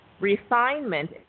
refinement